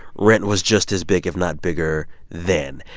rent was just as big if not bigger then.